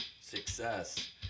Success